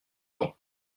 temps